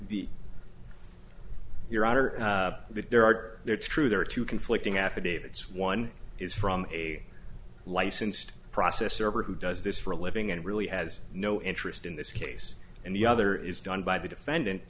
that there are there it's true there are two conflicting affidavits one is from a licensed process server who does this for a living and really has no interest in this case and the other is done by the defendant